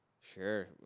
Sure